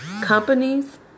companies